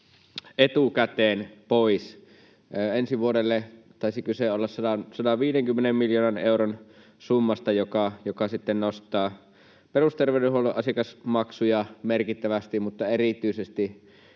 etukäteen pois. Ensi vuodelle taisi kyse olla 150 miljoonan euron summasta, joka sitten nostaa perusterveydenhuollon asiakasmaksuja merkittävästi mutta erityisesti